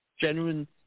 genuine